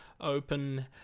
open